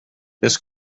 this